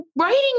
writing